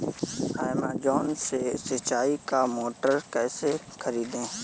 Amazon से सिंचाई का मोटर कैसे खरीदें?